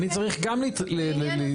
אני צריך גם להתממשק בזה גם.